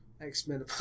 X-Men